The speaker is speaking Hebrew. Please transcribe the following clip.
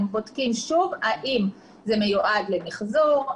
הם בודקים שוב האם זה מיועד למיחזור,